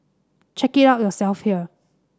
check it out yourself here